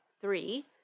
three